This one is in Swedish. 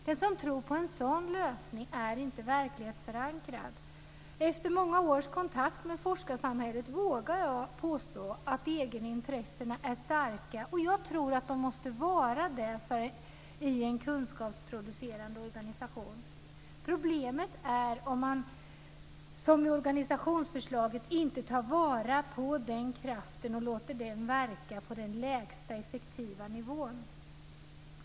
Den som tror på en sådan lösning är inte verklighetsförankrad. Efter många års kontakt med forskarsamhället vågar jag påstå att egenintressena är starka, och jag tror att de måste vara det i en kunskapsproducerande organisation. Problemet är om man, som i organisationsförslaget, inte tar vara på den kraften och låter den verka på den lägsta effektiva nivån.